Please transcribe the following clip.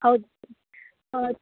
ಹೌದು ಹೌದು